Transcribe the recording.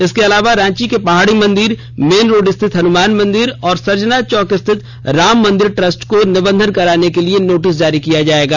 इसके अलावा रांची के पहाड़ी मंदिर मेन रोड स्थित हनुमान मंदिर तथा सर्जना चौक स्थित राम मंदिर ट्रस्ट को निबंधन कराने के लिए नोटिस जारी किया है